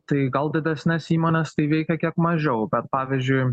tai gal didesnes įmones tai veikia kiek mažiau bet pavyzdžiui